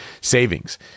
savings